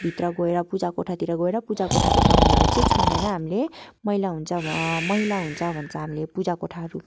भित्र गएर पूजा कोठाहरूतिर पूजा कोठाको सामान चाहिँ छुदैन हामीले मैला हुन्छ मैला हुन्छ भन्छ हामीले पूजा कोठाहरू